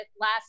last